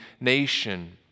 nation